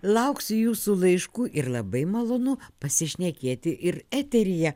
lauksiu jūsų laiškų ir labai malonu pasišnekėti ir eteryje